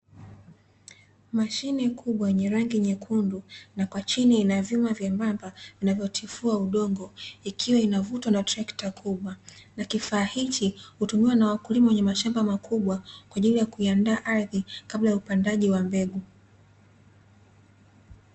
Mashine kubwa yenye rangi nyekundu na kwa chini ina vyuma vyemamba vinavyotifua udongo ikiwa inavutwa na trekta kubwa. Na kifaa hichi hutumiwa na wakulima wenye mashamba makubwa kwa ajili ya kuiandaa ardhi kabla ya upandaji wa mbegu.